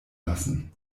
lassen